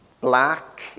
Black